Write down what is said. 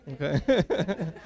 Okay